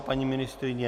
Paní ministryně?